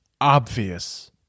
obvious